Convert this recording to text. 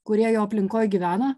kurie jo aplinkoj gyvena